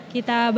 Kita